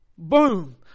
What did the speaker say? Boom